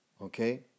Okay